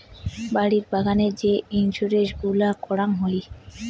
বাড়ি বাগানের যে ইন্সুরেন্স গুলা করাং হই